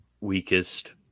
Weakest